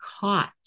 caught